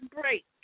break